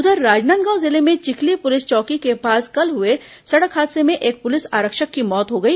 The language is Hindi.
उधर राजनांदगांव जिले में विखली पुलिस चौकी के पास कल हुए सड़क हादसे में एक पुलिस आरक्षक की मौत हो गई